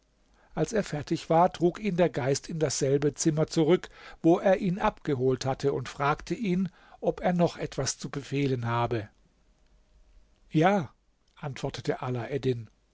als er fertig war trug ihn der geist in dasselbe zimmer zurück wo er ihn abgeholt hatte und fragte ihn ob er noch etwas zu befehlen habe ja antwortete